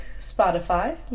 Spotify